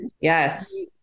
Yes